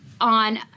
on